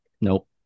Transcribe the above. Nope